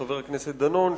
חבר הכנסת דנון,